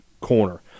Corner